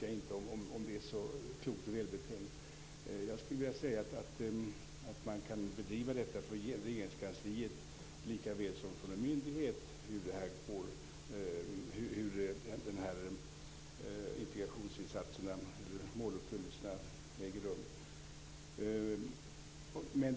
Den måluppföljningen av integrationsarbetet kan nog bedrivas från Regeringskansliet lika väl som från en myndighet.